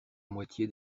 moitié